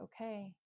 okay